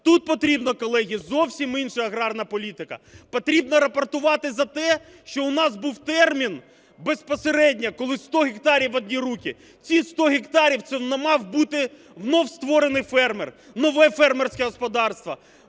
Тут потрібно, колеги, зовсім інша аграрна політика. Потрібно рапортувати за те, що у нас був термін безпосередньо, коли 100 гектарів в одні руки. Ці 100 гектарів це мав бути вновь створений фермер, нове фермерське господарство.